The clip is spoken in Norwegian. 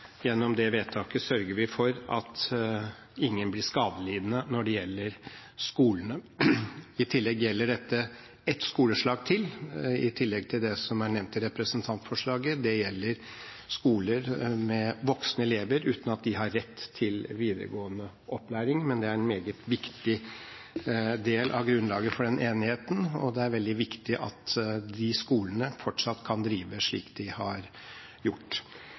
Gjennom det vedtaket sørger vi for at ingen blir skadelidende når det gjelder skolene. Dette gjelder ett skoleslag til, i tillegg til det som er nevnt i representantforslaget. Det gjelder skoler med voksne elever uten rett til videregående opplæring. Det er en meget viktig del av grunnlaget for den enigheten, og det er veldig viktig at disse skolene fortsatt kan drive slik de har gjort.